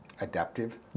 adaptive